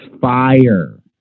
fire